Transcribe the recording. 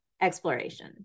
exploration